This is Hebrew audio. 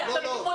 תנו, תנו.